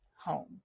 home